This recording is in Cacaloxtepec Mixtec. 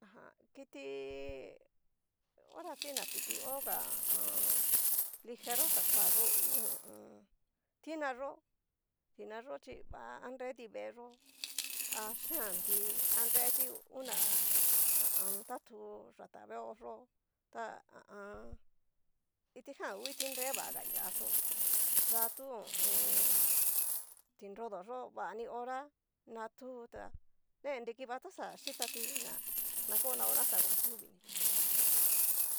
Aja kiti. hora si que ña kiti hoga, lijero xakoa yó ngu, ho o on. tinayó, tinayó chí va anreti veeyó ha yiantí, a reti una ha a an. tatu yata veoyó, ta ha a an. kitijan ngu kiti nre vaga ñaxó, datu ho o on. ti nrodo yó vani hora na tu tá, ne nrikiva tá xa xhitati, na na konao xhí xa nguan tu vini.